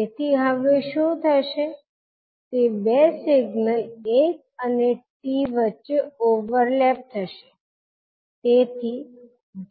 તેથી હવે શું થશે તે બે સિગ્નલ 1 અને t વચ્ચે ઓવરલેપ થશે તેથી